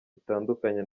bitandukanye